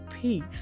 peace